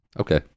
okay